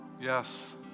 Yes